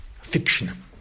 fiction